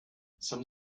some